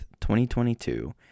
2022